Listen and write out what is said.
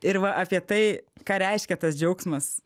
ir va apie tai ką reiškia tas džiaugsmas